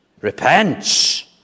Repent